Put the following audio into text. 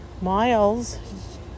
Miles